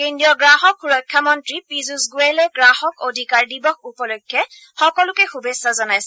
কেন্দ্ৰীয় গ্ৰাহক সুৰক্ষা মন্ত্ৰী পিয়ুষ গোয়েলে গ্ৰাহক অধিকাৰ দিৱস উপলক্ষ্যে সকলোকে শুভেচ্ছা জনাইছে